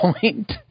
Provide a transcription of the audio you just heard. point